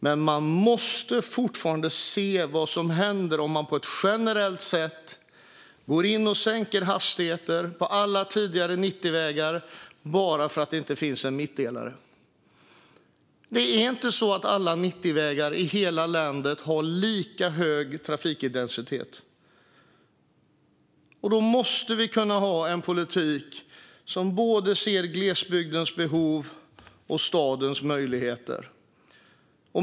Men man måste fortfarande se vad som händer om man på ett generellt sätt går in och sänker hastigheter på alla tidigare 90-vägar bara för att det inte finns en mittdelare. Det är inte så att alla 90-vägar i hela landet har lika hög trafikdensitet. Då måste vi kunna ha en politik som ser både glesbygdens behov och stadens möjligheter.